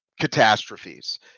catastrophes